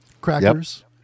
crackers